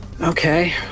Okay